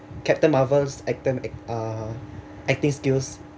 captain marvel's acting uh acting skills